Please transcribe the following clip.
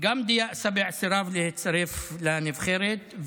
גם דיא סבע סירב להצטרף לנבחרת,